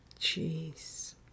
Jeez